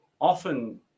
often